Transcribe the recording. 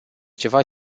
ceva